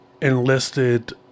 Enlisted